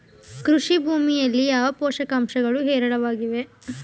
ಕೃಷಿ ಭೂಮಿಯಲ್ಲಿ ಯಾವ ಪೋಷಕಾಂಶಗಳು ಹೇರಳವಾಗಿವೆ?